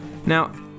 Now